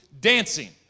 dancing